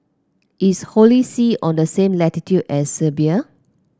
is Holy See on the same latitude as Serbia